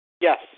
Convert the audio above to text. Yes